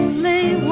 my